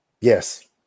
Yes